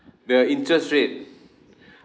the interest rate